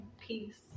Peace